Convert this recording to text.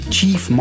Chief